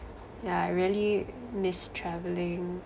yeah I really miss travelling